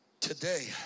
today